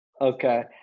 Okay